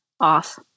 off